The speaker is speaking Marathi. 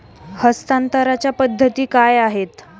हस्तांतरणाच्या पद्धती काय आहेत?